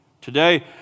Today